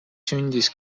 sündis